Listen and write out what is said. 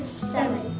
seven.